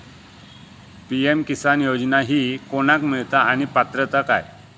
PM किसान योजना ही कोणाक मिळता आणि पात्रता काय?